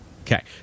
Okay